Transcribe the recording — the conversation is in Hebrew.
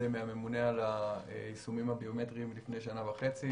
מהממונה על היישומים הביומטריים לפני שנה וחצי.